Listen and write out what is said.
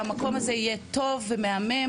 שהמקום הזה יהיה טוב ומהמם.